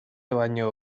baino